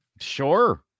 sure